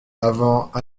avant